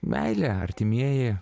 meilė artimieji